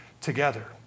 together